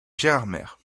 gérardmer